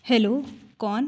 hello कौन